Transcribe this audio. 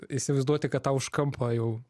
įsivaizduoti kad tau už kampo jau